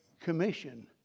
Commission